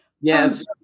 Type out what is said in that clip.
Yes